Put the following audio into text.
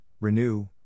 renew